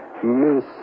Miss